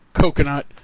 coconut